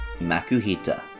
Makuhita